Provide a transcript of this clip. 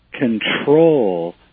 control